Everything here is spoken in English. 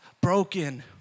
broken